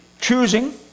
choosing